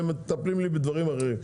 הם מטפלים בדברים אחרים.